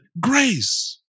grace